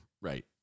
right